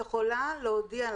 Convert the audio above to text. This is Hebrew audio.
יכולה אבל להודיע לצרכן: